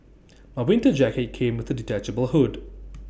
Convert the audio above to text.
my winter jacket came with A detachable hood